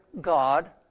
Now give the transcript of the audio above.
God